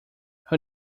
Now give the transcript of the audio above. who